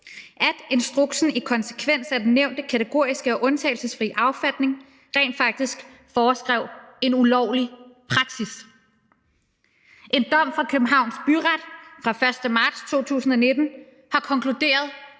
»at instruksen – i konsekvens af den nævnte kategoriske og undtagelsesfrie affatning – rent faktisk foreskrev en ulovlig praksis«. En dom fra Københavns Byret fra den 1. marts 2019 har konkluderet